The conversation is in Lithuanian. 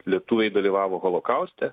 lietuviai dalyvavo holokauste